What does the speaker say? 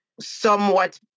somewhat